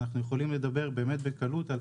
אנחנו יכולים לדבר בקלות על